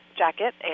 jacket